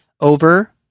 Over